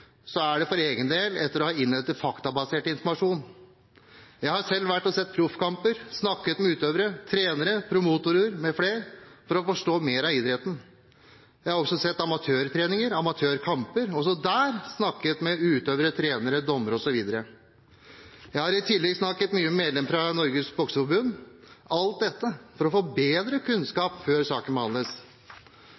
er det for egen del etter å ha innhentet faktabasert informasjon. Jeg har selv vært og sett proffkamper, snakket med utøvere, trenere, promotorer m.fl. for å forstå mer av idretten. Jeg har også sett amatørtreninger og amatørkamper, og også der snakket med utøvere, trenere, dommere osv. Jeg har i tillegg snakket mye med medlemmer i Norges bokseforbund – alt dette for å få bedre